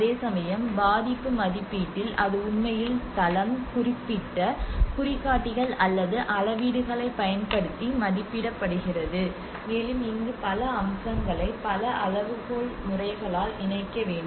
அதேசமயம் பாதிப்பு மதிப்பீட்டில் அது உண்மையில் தளம் குறிப்பிட்ட குறிகாட்டிகள் அல்லது அளவீடுகளைப் பயன்படுத்தி மதிப்பிடப்படுகிறது மேலும் இங்கு பல அம்சங்களை பல அளவுகோல் முறைகளால் இணைக்க வேண்டும்